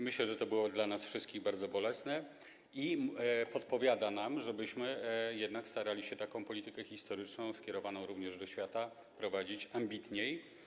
Myślę, że to było dla nas wszystkich bardzo bolesne i podpowiada nam, żebyśmy jednak starali się taką politykę historyczną, skierowaną również do świata, prowadzić ambitniej.